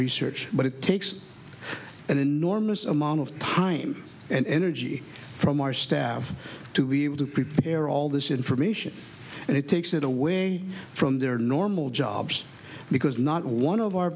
research but it takes an enormous amount of time and energy from our staff to be able to prepare all this information and it takes it away from their normal jobs because not one of our